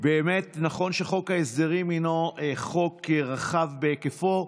נכון שחוק ההסדרים הוא חוק רחב בהיקפו,